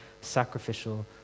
sacrificial